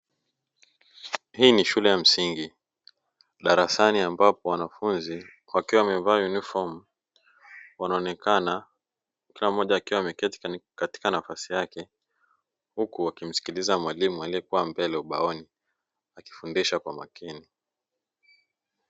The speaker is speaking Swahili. Hii ni shule ya msingi darasani ambapo wanafunzi wakiwa wameva yunifomu, wanaonekana kila mmoja akiwa ameketi katika nafasi yake, huku wakimsikiliza mwalimu aliyekuwa mbele ubaoni akifundisha kwa makini.